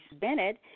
Bennett